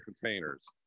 containers